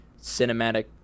cinematic